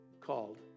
called